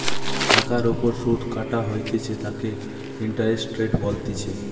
টাকার ওপর সুধ কাটা হইতেছে তাকে ইন্টারেস্ট রেট বলতিছে